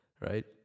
right